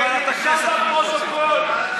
לא,